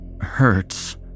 Hurts